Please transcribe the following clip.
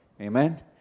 Amen